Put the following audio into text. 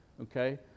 okay